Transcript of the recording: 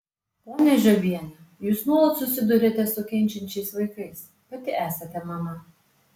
ponia žiobiene jūs nuolat susiduriate su kenčiančiais vaikais pati esate mama